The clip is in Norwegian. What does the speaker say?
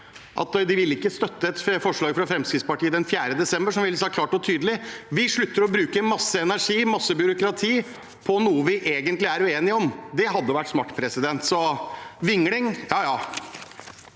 de ikke ville støtte et forslag fra Fremskrittspartiet den 4. desember, som ville sagt klart og tydelig: Vi slutter å bruke masse energi og masse byråkrati på noe vi egentlig er uenig i. Det hadde vært smart. Så vingling – ja, ja.